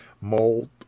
mold